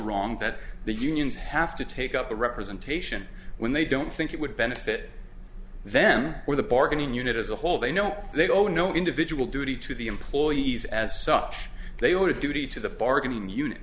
wrong that the unions have to take up the representation when they don't think it would benefit them or the bargaining unit as a whole they know they owe no individual duty to the employees as such they owed a duty to the bargaining unit